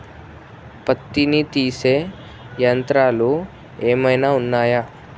పత్తిని తీసే యంత్రాలు ఏమైనా ఉన్నయా?